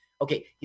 Okay